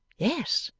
yes,